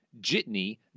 Jitney